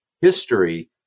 history